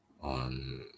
on